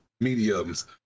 mediums